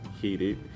heated